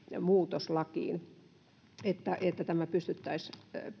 muutos että että tämä pystyttäisiin